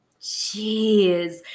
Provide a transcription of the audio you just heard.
Jeez